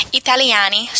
italiani